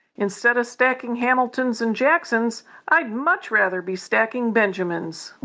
instead of stacking hamilton's and jackson's i'd much rather be stacking benjamins